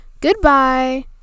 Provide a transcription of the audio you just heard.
goodbye